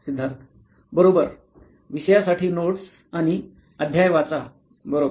सिद्धार्थ बरोबर विषया साठी नोट्स आणि अध्याय वाचा बरोबर